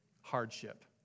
Hardship